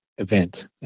event